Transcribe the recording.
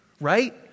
right